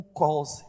calls